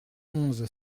onze